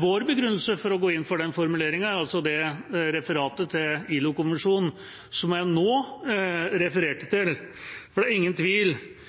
vår begrunnelse for å gå inn for den formuleringen er det som jeg nå refererte